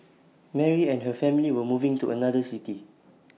Mary and her family were moving to another city